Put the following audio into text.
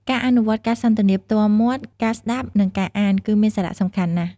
ការអនុវត្តន៍ការសន្ទនាផ្ទាល់មាត់ ការស្តាប់ និងការអាន គឺមានសារៈសំខាន់ណាស់។